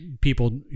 people